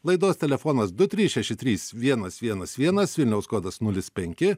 laidos telefonas du trys šeši trys vienas vienas vienas vilniaus kodas nulis penki